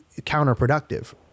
counterproductive